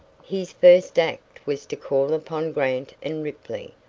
his first act was to call upon grant and ripley,